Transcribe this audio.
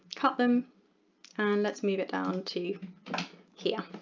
cut them and let's move it down to here.